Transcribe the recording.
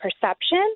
perception